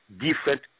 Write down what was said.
different